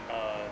uh